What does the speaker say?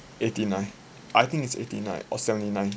eighty nine I think it's eighty nine or seventy nine